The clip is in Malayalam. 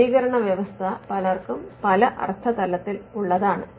നവീകരണ വ്യവസ്ഥ പലർക്കും പല അർത്ഥതലങ്ങൾ ഉള്ളതാണ്